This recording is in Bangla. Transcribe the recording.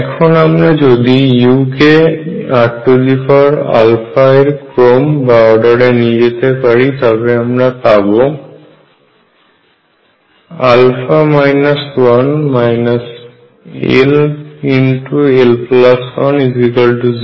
এখন আমরা যদি u কে r এর ক্রমে এ নিয়ে যেতে পারি তবে আমরা পাব 1 ll10